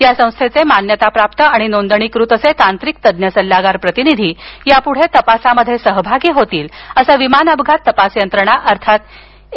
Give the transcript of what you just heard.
या संस्थेचे मान्यताप्राप्त आणि नोंदणीकृत असे तांत्रिक तज्ज्ञ सल्लागार प्रतिनिधी यापुढे तपासामध्ये सहभागी होतील असं विमान अपघात तपास यंत्रणा अर्थात ए